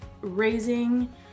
raising